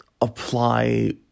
apply